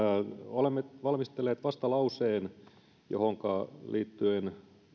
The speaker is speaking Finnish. olemme valmistelleet vastalauseen johonka liittyen